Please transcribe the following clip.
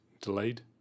delayed